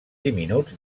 diminuts